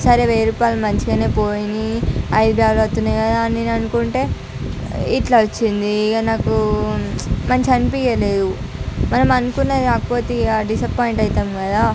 సరే వేయి రూపాయలు మంచిగా పొయిన ఐదు బ్యాగులు వస్తున్నాయి కదా అని నేను అనుకుంటే ఇట్లా వచ్చింది ఇక నాకు మంచిగా అనిపించలేదు మనం అనుకున్నది రాకపోతే ఇగ డిసప్పాయింట్ అవుతాం కదా